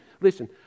Listen